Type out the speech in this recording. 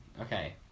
okay